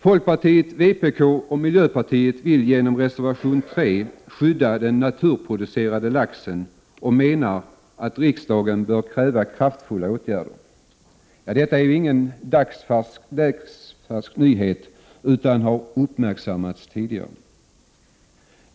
Folkpartiet, vpk och miljöpartiet vill genom reservation 3 skydda den naturproducerade laxen och menar att riksdagen bör kräva kraftfulla åtgärder. Detta är inte någon dagsfärsk nyhet utan har uppmärksammats tidigare.